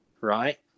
right